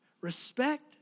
Respect